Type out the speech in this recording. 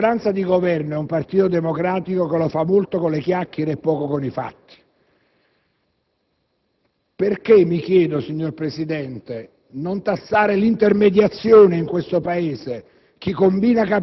una maggioranza di Governo e un Partito Democratico che lo fa molto con le chiacchiere e poco con i fatti. Perché, mi chiedo, signor Presidente, non tassare l'intermediazione in questo Paese?